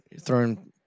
throwing